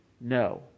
no